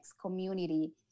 community